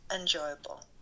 enjoyable